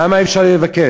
למה אי-אפשר לבקש?